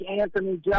Anthony